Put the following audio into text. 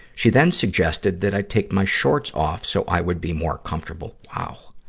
she then suggested that i take my shorts off so i would be more comfortable. wow!